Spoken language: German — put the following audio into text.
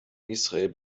israel